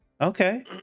Okay